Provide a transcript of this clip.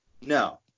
No